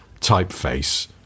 typeface